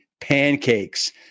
pancakes